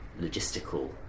logistical